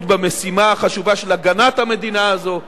במשימה החשובה של הגנת המדינה הזאת,